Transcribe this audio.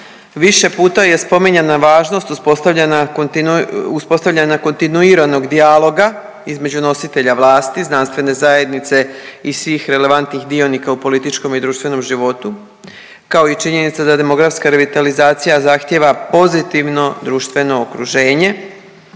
Više puta je spominjana važnost uspostavljenog kontinuiranog dijaloga između nositelja vlasti, znanstvene zajednice i svih relevantnih dionika u političkom i društvenom životu kao i činjenica da demografska revitalizacija zahtijeva pozitivno društveno okruženje,